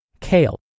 kale